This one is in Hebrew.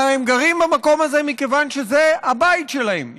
אלא הם גרים במקום הזה מכיוון שזה הבית שלהם.